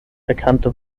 erkannte